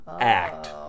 act